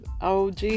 OG